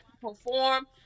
perform